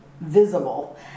visible